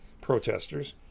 protesters